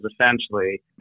essentially